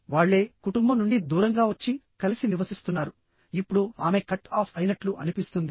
వాళ్ళే కుటుంబం నుండి దూరంగా వచ్చి కలిసి నివసిస్తున్నారు ఇప్పుడు ఆమె కట్ ఆఫ్ అయినట్లు అనిపిస్తుంది